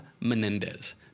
Menendez